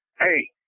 hey